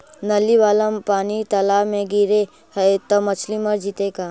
नली वाला पानी तालाव मे गिरे है त मछली मर जितै का?